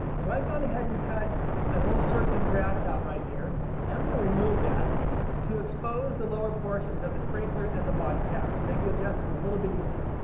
so i've gone ahead and cut a little circle of grass out right here and i'm going to remove that to expose the lower portions of the sprinkler and the body cap to make the adjustments a little bit easier.